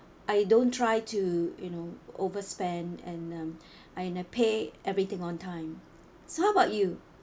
I don't try to you know overspend and um I and uh pay everything on time so how about you